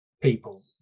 people